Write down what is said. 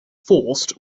forced